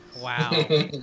Wow